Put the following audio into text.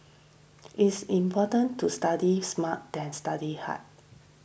it's important to study smart than study hard